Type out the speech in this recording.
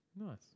Nice